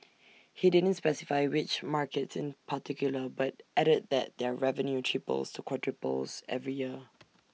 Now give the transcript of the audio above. he didn't specify which markets in particular but added that their revenue triples to quadruples every year